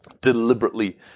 deliberately